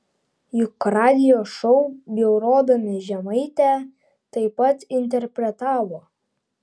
juk radijo šou bjaurodami žemaitę taip pat interpretavo